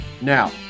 Now